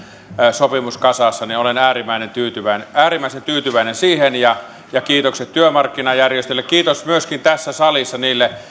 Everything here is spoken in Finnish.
sopimus kasassa olen äärimmäisen tyytyväinen äärimmäisen tyytyväinen ja ja kiitokset työmarkkinajärjestöille kiitos myöskin tässä salissa niille